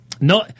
no